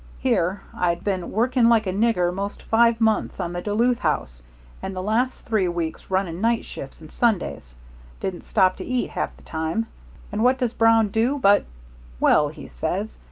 here i'd been working like a nigger most five months on the duluth house and the last three weeks running night shifts and sundays didn't stop to eat, half the time and what does brown do but well, he says,